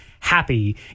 happy